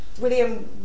William